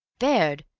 baird!